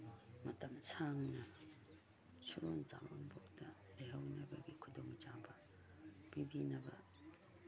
ꯃꯇꯝ ꯁꯥꯡꯅ ꯁꯨꯔꯣꯟ ꯆꯥꯔꯣꯟꯕꯨꯛꯇ ꯂꯩꯍꯧꯅꯕꯒꯤ ꯈꯨꯗꯣꯡꯆꯥꯕ ꯄꯤꯕꯤꯅꯕ